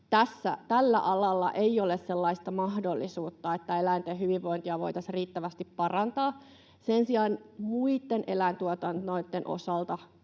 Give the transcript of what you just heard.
tällä alalla ei ole sellaista mahdollisuutta, että eläinten hyvinvointia voitaisiin riittävästi parantaa. Sen sijaan muitten eläintuotantojen osalta